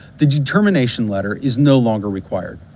the determination letter is no longer required.